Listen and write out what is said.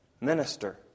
minister